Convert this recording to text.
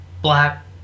black